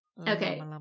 Okay